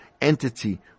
entity